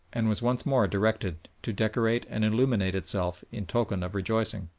and was once more directed to decorate and illuminate itself in token of rejoicing.